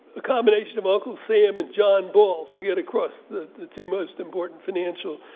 ah combination of uncle sam and john bolt to get across the two most important financial